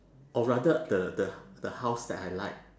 or rather the the the house that I like